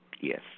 Yes